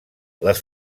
les